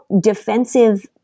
defensive